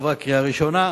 היא עברה בקריאה ראשונה,